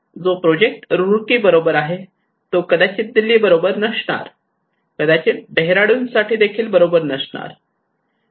जो प्रोजेक्ट रुरकी मध्ये बरोबर आहे तो कदाचित दिल्लीमध्ये बरोबर नसणार कदाचित डेहराडून साठी देखील बरोबर नसणार